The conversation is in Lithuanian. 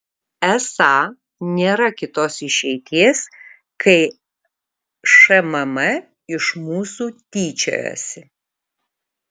esą nėra kitos išeities kai šmm iš mūsų tyčiojasi